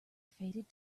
faded